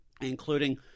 including